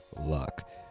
luck